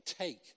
take